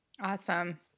Awesome